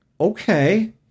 okay